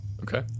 Okay